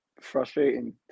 frustrating